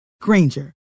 Granger